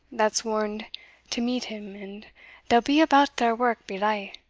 that's warned to meet him and they'll be about their wark belyve